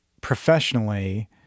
professionally